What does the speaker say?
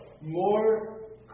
more